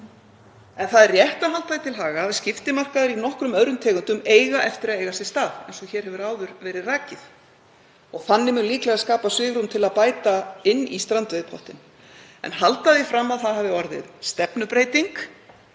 En það er rétt að halda því til haga að skiptimarkaðir í nokkrum öðrum tegundum eiga eftir að eiga sér stað, eins og hér hefur áður verið rakið, og þannig mun líklega skapast svigrúm til að bæta inn í strandveiðipottinn. En að halda því fram að stefnubreyting